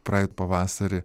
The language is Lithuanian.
praeit pavasarį